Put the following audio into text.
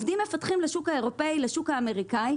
מפתחים לשוק האירופי והאמריקאי.